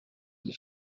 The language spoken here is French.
les